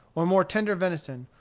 or more tender venison,